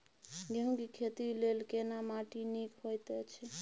गेहूँ के खेती लेल केना माटी नीक होयत अछि?